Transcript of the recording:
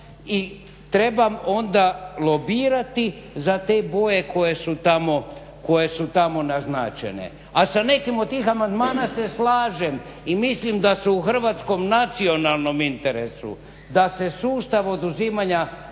i trebam onda lobirati za te boje koje su tamo naznačene. A sa nekim od tih amandmana se slažem i mislim da se u hrvatskom nacionalnom interesu da se sustav oduzimanja